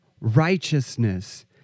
righteousness